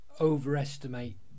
overestimate